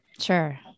Sure